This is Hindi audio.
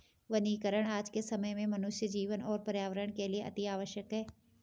वनीकरण आज के समय में मनुष्य जीवन और पर्यावरण के लिए अतिआवश्यक है